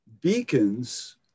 Beacons